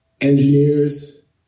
engineers